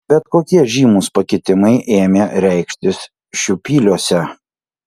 bet kokie žymūs pakitimai ėmė reikštis šiupyliuose